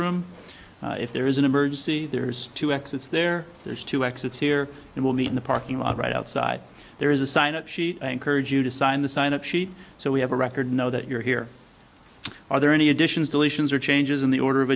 room if there is an emergency there's two exits there there's two exits here and we'll meet in the parking lot right outside there is a sign up sheet and courage you to sign the sign up sheet so we have a record know that you're here are there any additions deletions or changes in the order of